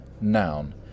noun